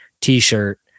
t-shirt